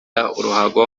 uruhago